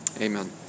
amen